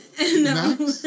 No